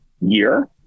year